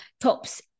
top's